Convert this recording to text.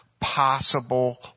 possible